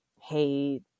hate